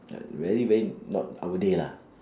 like very very not our day lah